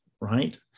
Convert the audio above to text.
right